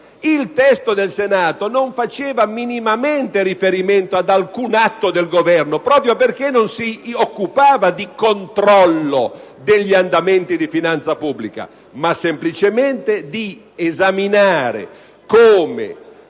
Il testo del Senato non faceva minimamente riferimento ad alcun atto del Governo, proprio perché non si occupava di controllo degli andamenti di finanza pubblica, ma semplicemente di esaminare come